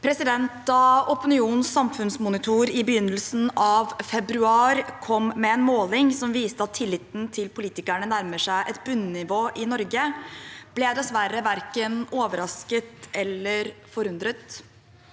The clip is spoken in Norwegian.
Da Opi- nions samfunnsmonitor i begynnelsen av februar kom med en måling som viste at tilliten til politikerne nærmer seg et bunnivå i Norge, ble jeg dessverre verken overrasket eller forundret.